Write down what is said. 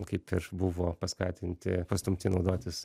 kaip ir buvo paskatinti pastumti naudotis